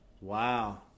Wow